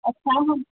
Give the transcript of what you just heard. अच्छा